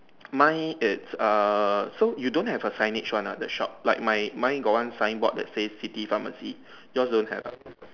mine it's err so you don't have a signage one lah the shop like my mine got one signboard that say city pharmacy yours don't have ah